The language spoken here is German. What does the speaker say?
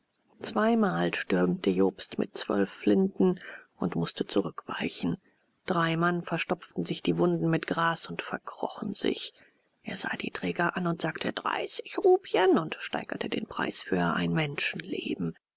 zweimal stürmte jobst mit zwölf flinten und mußte zurückweichen drei mann verstopften sich die wunden mit gras und verkrochen sich er sah die träger an und sagte dreißig rupien und steigerte den preis für ein menschenleben